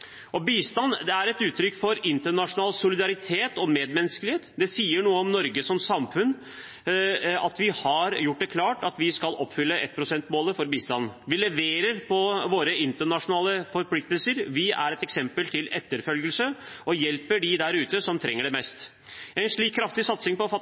selvfølge. Bistand er et uttrykk for internasjonal solidaritet og medmenneskelighet. Det sier noe om Norge som samfunn at vi har gjort det klart at vi skal oppfylle 1-prosentmålet for bistand. Vi leverer på våre internasjonale forpliktelser. Vi er et eksempel til etterfølgelse og hjelper dem der ute som trenger det mest. En slik kraftig satsing på